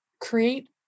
create